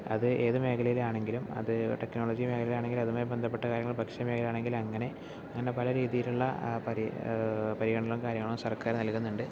അത് ഏത് മേഖലയിൽ ആണെങ്കിലും അത് ടെക്നോളജി മേഖലയാണെങ്കിലും അതുമായി ബന്ധപ്പെട്ട കാര്യങ്ങൾ ഭക്ഷ്യ മേഖലയാണെങ്കിൽ അങ്ങനെ അങ്ങനെ പലരീതിയിലുള്ള പരി പരിഗണനകളും കാര്യങ്ങളും സർക്കാർ നൽകുന്നുണ്ട്